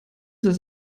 ist